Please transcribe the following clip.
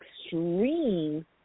extreme